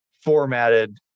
formatted